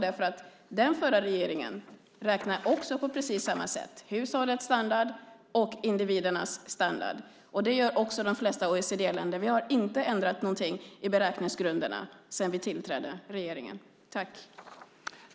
Den förra regeringen räknade på precis samma sätt, nämligen hushållets standard och individernas standard. Det gör också de flesta OECD-länder. Vi har inte ändrat någonting i beräkningsgrunderna sedan regeringen tillträdde.